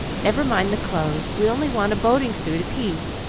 never mind the clothes, we only want a boating-suit apiece.